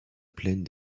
plaine